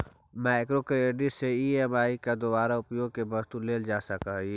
micro credit से EMI के द्वारा उपभोग के वस्तु लेल जा सकऽ हई